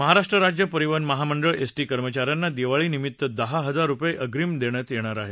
महाराष्ट्र राज्य परिवहन महामंडळ एसटी कर्मचाऱ्यांना दिवाळीनिमित्त दहा हजार रुपये अग्रीम देण्यात येणार आहे